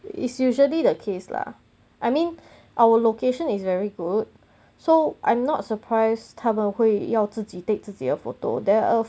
is usually the case lah I mean our location is very good so I'm not surprised 他们会要自己 take 自己的 photos there are